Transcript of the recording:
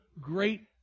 great